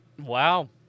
Wow